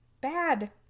Bad